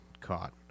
caught